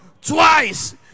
twice